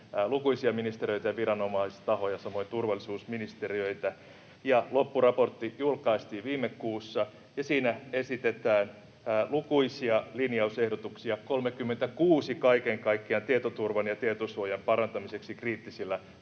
lukuisia ministeriöitä ja viranomaistahoja, samoin turvallisuusviranomaisia. Loppuraportti julkaistiin viime kuussa, ja siinä esitetään lukuisia linjausehdotuksia, 36 kaiken kaikkiaan, tietoturvan ja tietosuojan parantamiseksi kriittisillä